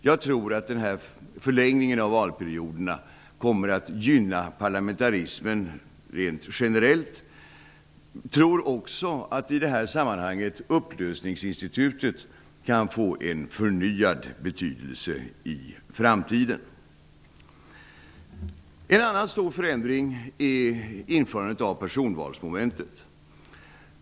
Jag tror att förlängningen av valperioderna kommer att gynna parlamentarismen rent generellt. Jag tror också att upplösningsinstitutet i det här sammanhanget kan få en förnyad betydelse i framtiden. En annan stor förändring är införandet av personvalsmomentet.